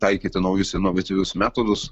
taikyti naujus inovatyvius metodus